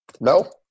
No